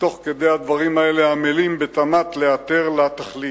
ותוך כדי הדברים האלה, עמלים בתמ"ת לאתר לה תחליף.